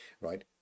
right